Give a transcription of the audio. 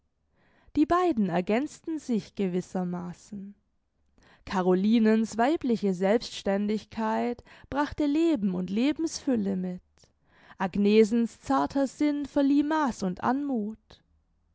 die beiden ergänzten sich gewissermaßen carolinens weibliche selbstständigkeit brachte leben und lebensfülle mit agnesens zarter sinn verlieh maß und anmuth